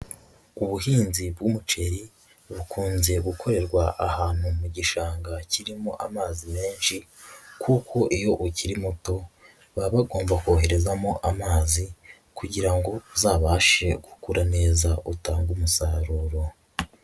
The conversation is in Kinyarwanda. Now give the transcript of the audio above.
Ubuhinzi bw'umuceri bukunze gukorerwa ahantu mu gishanga kirimo amazi menshi, kuko iyo ukiri muto baba bagomba koherezamo amazi kugira ngo uzabashe gukura neza utange umusaruro.